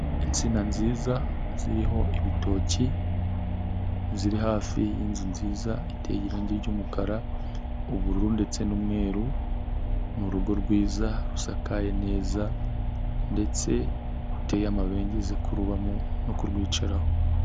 Insina nziza ziriho ibitoki, ziri hafi y'inzu nziza iteye irangi ry'umukara, ubururu ndetse n'umweru, ni urugo rwiza rusakaye neza ndetse ruteye amabengeza kurubamo no kurwicaraho.